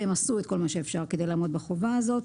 שהם עשו את כל מה שאפשר כדי לעמוד בחובה הזאת.